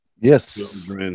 Yes